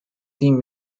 theme